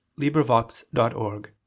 LibriVox.org